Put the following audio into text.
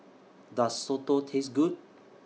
Does Soto Taste Good